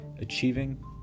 achieving